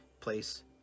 place